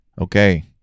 okay